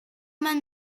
man